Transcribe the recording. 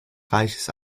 reiches